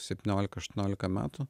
septyniolika aštuoniolika metų